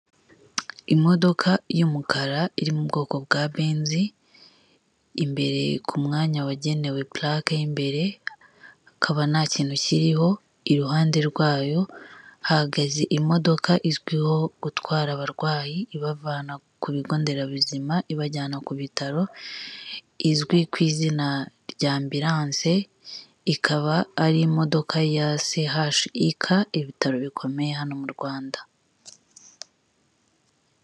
Imodoka y'umukara iri mu bwoko bwa benzi, imbere ku mwanya wagenewe purake y'imbere hakaba nta kintu kiriho, iruhande rwayo hahagaze imodoka izwiho gutwara abarwayi ibavana ku bigo nderabuzima ibajyana ku bitaro izwi ku izina rya ambiranse, ikaba ari imodoka ya sehashika, ibitaro bikomeye hano mu Rwanda.